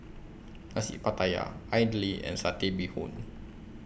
Nasi Pattaya Idly and Satay Bee Hoon